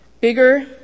Bigger